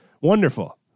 Wonderful